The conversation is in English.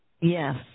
Yes